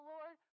Lord